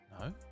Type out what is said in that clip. No